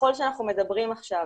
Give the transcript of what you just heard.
וככל שאנחנו מדברים עכשיו